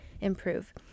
improve